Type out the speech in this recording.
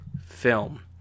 film